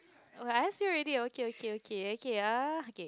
oh I asked you already okay okay okay okay